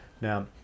Now